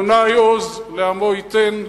השם עוז לעמו ייתן,